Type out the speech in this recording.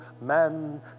man